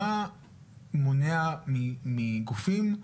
מה מונע מגופים,